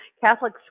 Catholic